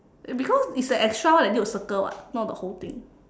because it's the extra one that need to circle [what] not the whole thing